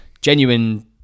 genuine